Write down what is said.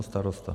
Starosta.